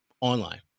online